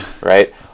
right